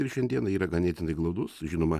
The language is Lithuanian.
ir šiandieną yra ganėtinai glaudus žinoma